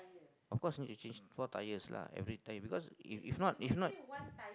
of course you need to change four tires lah everytime because if not if not